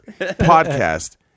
podcast